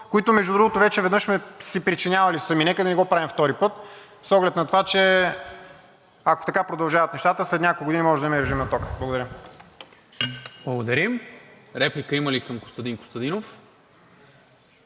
които, между другото, вече сме си причинявали сами. Нека да не го правим втори път с оглед на това, че ако така продължават нещата, след няколко години може да имаме и режим на тока. Благодаря. ПРЕДСЕДАТЕЛ НИКОЛА МИНЧЕВ: Благодаря. Реплика има ли към Костадин Костадинов?